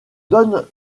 donne